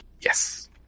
Yes